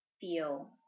feel